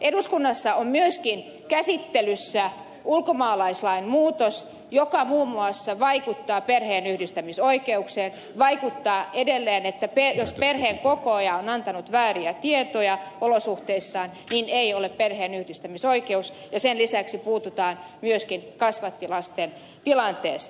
eduskunnassa on myöskin käsittelyssä ulkomaalaislain muutos joka muun muassa vaikuttaa perheenyhdistämisoikeuteen vaikuttaa edelleen että jos perheen kokoaja on antanut vääriä tietoja olosuhteistaan niin ei ole perheenyhdistämisoikeutta ja sen lisäksi puututaan myöskin kasvattilasten tilanteeseen